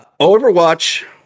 overwatch